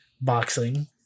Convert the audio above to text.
boxing